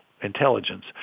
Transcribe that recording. intelligence